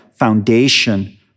foundation